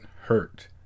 hurt